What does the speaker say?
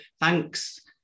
thanks